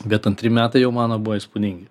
bet antri metai jau mano buvo įspūdingi